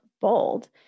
bold